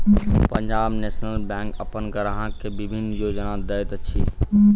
पंजाब नेशनल बैंक अपन ग्राहक के विभिन्न योजना दैत अछि